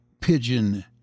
pigeon